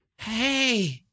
Hey